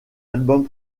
albums